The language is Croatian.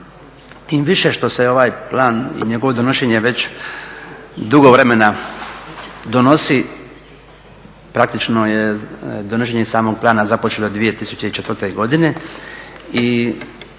Tim više što se ovaj plan i njegovo donošenje već dugo vremena donosi. Praktično je donošenje samog plana započelo 2004. godine i